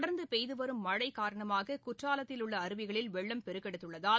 தொடர்ந்து பெய்து வரும் மழை காரணமாக குற்றாலத்தில் உள்ள அருவிகளில் வெள்ளம் பெருக்கெடுத்துள்ளதால்